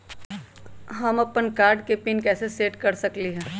हम अपन कार्ड के पिन कैसे सेट कर सकली ह?